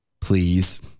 please